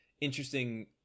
interesting